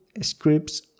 scripts